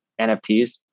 nfts